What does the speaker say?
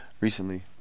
recently